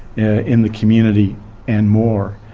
in the community and more.